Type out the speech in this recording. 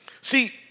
See